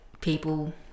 people